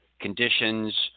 conditions